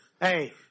Hey